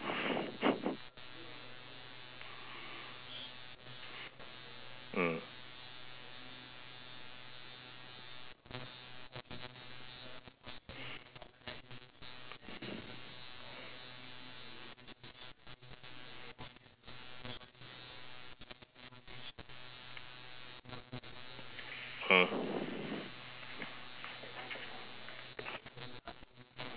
mm